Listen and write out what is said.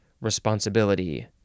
responsibility